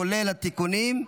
כולל התיקונים,